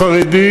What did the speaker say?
חבר הכנסת גפני,